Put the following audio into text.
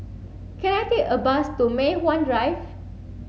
can I take a bus to Mei Hwan Drive